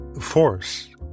Force